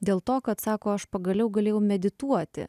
dėl to kad sako aš pagaliau galėjau medituoti